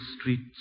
streets